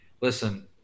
Listen